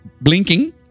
Blinking